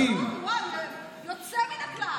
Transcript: אדוני השר ברקת, הוא אומר את אותם דברים בכל שבוע.